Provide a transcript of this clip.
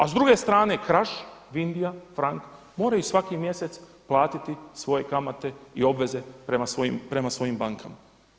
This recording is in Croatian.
A s druge strane Kraš, Vindija, Frank moraju svaki mjesec platiti svoje kamate i obveze prema svojim bankama.